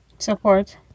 Support